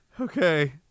Okay